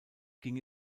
ging